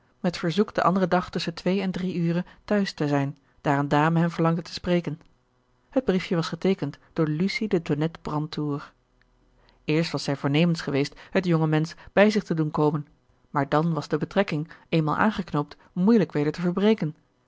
met verzoek den anderen dag tusschen twee en drie ure te huis te zijn daar eene dame hem verlangde te spreken het briefje was geteekend door lucie de tonnette brantour eerst was zij voornemens geweest het jonge mensch bij zich te doen komen maar dan was de betrekking eenmaal aangeknoopt moeielijk weder te verbreken